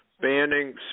banning